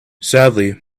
sadly